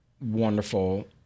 wonderful